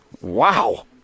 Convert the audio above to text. wow